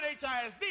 HISD